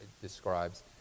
describes